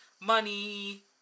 money